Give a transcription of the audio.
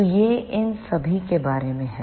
तो यह इन सभी के बारे में है